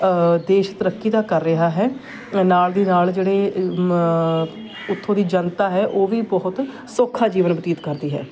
ਦੇਸ਼ ਤਰੱਕੀ ਤਾਂ ਕਰ ਰਿਹਾ ਹੈ ਨਾਲ ਦੀ ਨਾਲ ਜਿਹੜੇ ਮ ਉਥੋਂ ਦੀ ਜਨਤਾ ਹੈ ਉਹ ਵੀ ਬਹੁਤ ਸੌਖਾ ਜੀਵਨ ਬਤੀਤ ਕਰਦੀ ਹੈ